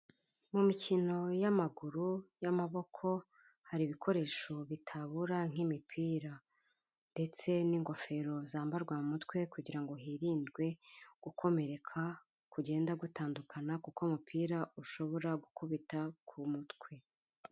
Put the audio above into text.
Mu mikino y'amaguru, y'amaboko hari ibikoresho bitabura nk'imipira ndetse n'ingofero zambarwa mu mutwe kugira ngo hirindwe gukomereka kugenda gutandukana kuko umupira ushobora gukubita ku mutwe.